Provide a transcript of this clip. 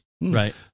Right